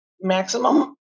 maximum